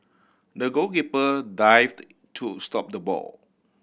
the goalkeeper dived to stop the ball